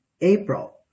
April